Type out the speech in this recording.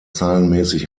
zahlenmäßig